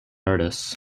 artists